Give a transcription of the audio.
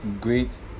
great